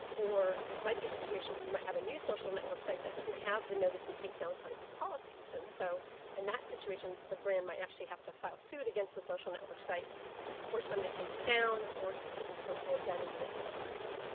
or it might be a situation where you might have a new social network site that doesn't have the notice and take down kinds of policies. and so in and that situation the brand might actually have to file suit against the social network site to force them to take it down, or to disclose the identity of the impostor.